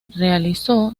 realizó